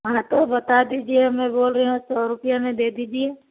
हाँ तो बता दीजिए मैं बोल रही हूँ सौ रुपया में दे दीजिए